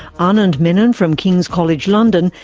anand menon from kings college london,